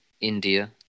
India